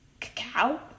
Cacao